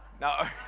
No